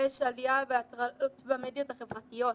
יש עלייה בהטרדות במדיות החברתיות,